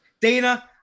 Dana